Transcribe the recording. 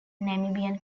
namibian